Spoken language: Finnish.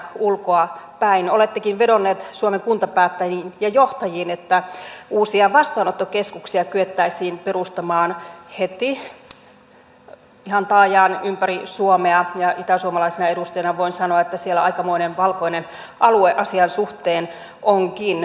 olettekin vedonneet suomen kuntapäättäjiin ja johtajiin että uusia vastaanottokeskuksia kyettäisiin perustamaan heti ihan taajaan ympäri suomea ja itäsuomalaisena edustajana voin sanoa että siellä aikamoinen valkoinen alue asian suhteen onkin